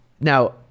now